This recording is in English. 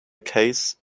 case